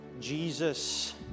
Jesus